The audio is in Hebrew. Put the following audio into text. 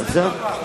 לגלות,